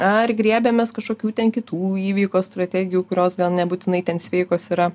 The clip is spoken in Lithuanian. ar griebiamės kažkokių ten kitų įvyko strategijų kurios gal nebūtinai ten sveikos yra